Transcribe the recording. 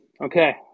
Okay